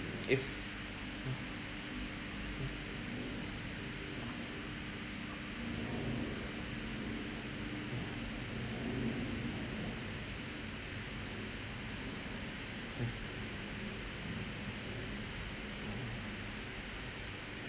if